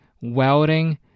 welding